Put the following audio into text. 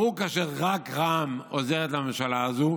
ברור שכאשר רק רע"מ עוזרת לממשלה הזו,